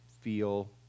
feel